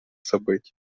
событий